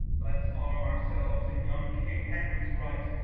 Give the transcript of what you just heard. let's arm ourselves in young king henry's right,